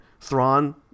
Thrawn